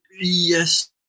yes